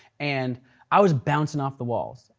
and i was bouncing off the walls.